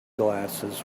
glasses